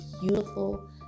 beautiful